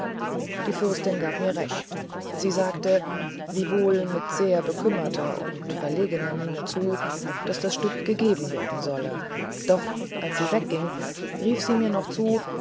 die fürstin gab mir recht sie sagte wiewohl mit sehr bekümmerter und verlegener miene zu daß das stück gegeben werden solle doch als sie wegging rief sie mir noch zu